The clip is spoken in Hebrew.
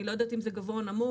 אני לא יודעת אם זה גבוה או נמוך,